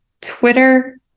Twitter